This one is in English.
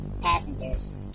passengers